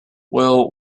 well